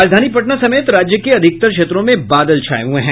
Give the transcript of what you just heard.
राजधानी पटना समेत राज्य के अधिकतर क्षेत्रों में बादल छाये हुये हैं